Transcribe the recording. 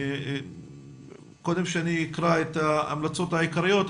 קודם שאקרא את ההמלצות העיקריות,